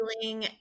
feeling